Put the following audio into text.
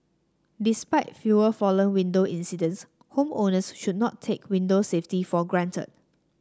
despite fewer fallen window incidents homeowners should not take window safety for granted